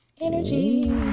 Energy